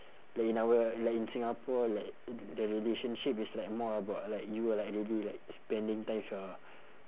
like in our like in singapore like the relationship is like more about like you like already like spending time with your